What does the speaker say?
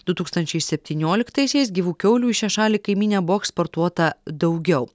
du tūkstančiai septynioliktaisiais gyvų kiaulių į šią šalį kaimynę buvo eksportuota daugiau